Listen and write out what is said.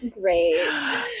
great